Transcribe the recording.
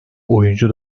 oyuncu